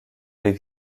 des